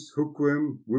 hookworm